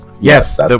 yes